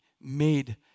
made